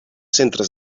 centres